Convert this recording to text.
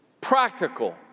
practical